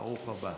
ברוך הבא.